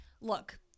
look